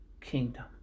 kingdom